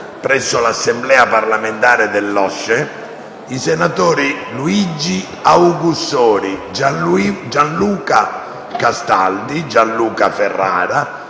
presso l'Assemblea parlamentare dell'OSCE i senatori Luigi Augussori, Gianluca Castaldi, Gianluca Ferrara,